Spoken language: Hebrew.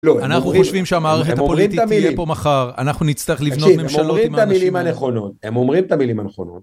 לא, אנחנו חושבים שהמערכת הפוליטית תהיה פה מחר, אנחנו נצטרך לבנות ממשלות עם האנשים. הם אומרים את המילים הנכונות.